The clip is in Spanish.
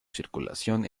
circulación